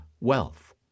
wealth